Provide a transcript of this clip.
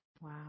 Wow